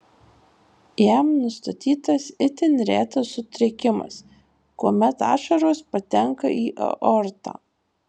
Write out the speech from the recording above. jam nustatytas itin retas sutrikimas kuomet ašaros patenka į aortą